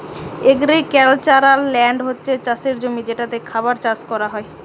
agricultural land হচ্ছে চাষের জমি যেটাতে খাবার চাষ কোরা হয়